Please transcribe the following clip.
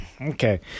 Okay